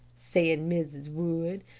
said mrs. wood.